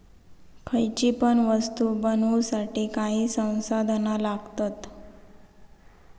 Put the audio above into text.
खयची पण वस्तु बनवुसाठी काही संसाधना लागतत